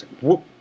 whoop